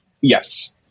Yes